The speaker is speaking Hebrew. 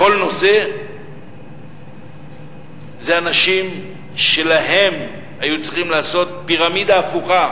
בכל נושא זה אנשים שלהם היו צריכים לעשות פירמידה הפוכה.